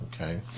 okay